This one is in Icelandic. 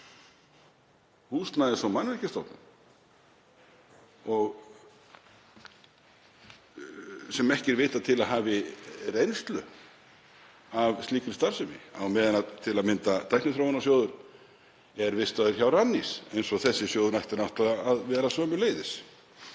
Húsnæðis- og mannvirkjastofnun sem ekki er vitað til að hafi reynslu af slíkri starfsemi á meðan til að mynda Tækniþróunarsjóður er vistaður hjá Rannís, eins og þessi sjóður ætti náttúrlega að vera líka.